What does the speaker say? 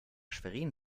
schwerin